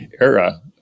era